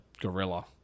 gorilla